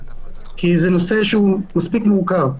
זה נושא מספיק מורכב.